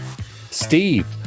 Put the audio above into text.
Steve